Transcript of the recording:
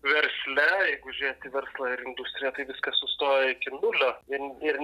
versle jeigu žiūrėt į verslą ir industriją tai viskas sustojo iki nulio ir ir